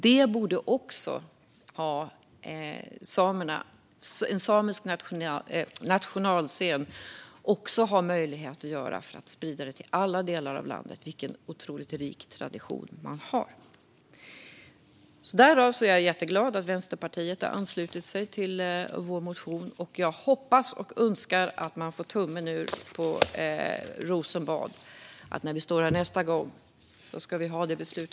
Det borde en samisk nationalscen också ha möjlighet att göra med tanke på den rika samiska traditionen. Jag är glad att Vänsterpartiet har anslutit sig till vår motion, och jag hoppas att man får tummen ur på Rosenbad så att vi när vi står här nästa gång kan gå till beslut.